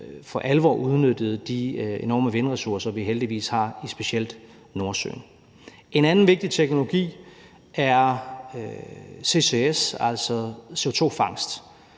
for alvor at få udnyttet de enorme vindressourcer, vi heldigvis har i specielt Nordsøen. En anden vigtig teknologi er CCS, altså CO2-fangst.